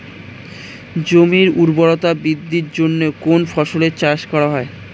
জমির উর্বরতা বৃদ্ধির জন্য কোন ফসলের চাষ করা হয়?